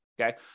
Okay